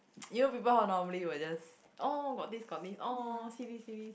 you know people how normally will just orh got this got this orh see this see this